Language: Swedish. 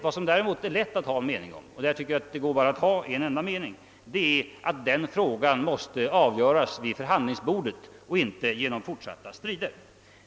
Vad som däremot är lätt att ha en mening om — och jag tycker att det bara går att ha en enda mening — är att den frågan måste avgöras vid förhandlingsbordet och inte genom fortsatta strider.